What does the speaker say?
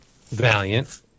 Valiant